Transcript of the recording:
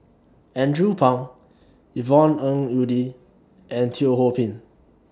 Andrew Phang Yvonne Ng Uhde and Teo Ho Pin